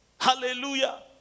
Hallelujah